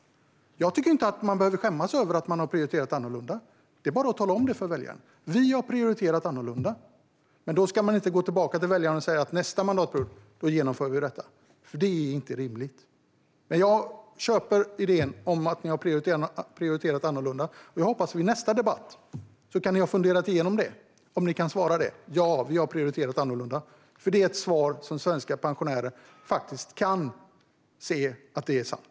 Jag tycker inte att man behöver skämmas över att man har prioriterat annorlunda. Det är bara att tala om det för väljarna: Vi har prioriterat annorlunda. Men då ska man inte gå tillbaka till väljarna och säga: Vi genomför det nästa mandatperiod. Det är inte rimligt. Jag köper idén om att ni har prioriterat annorlunda. Jag hoppas att ni i nästa debatt har funderat igenom det och kan svara: Ja, vi har prioriterat annorlunda. Det är ett svar som svenska pensionärer kan se är sant.